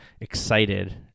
excited